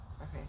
Okay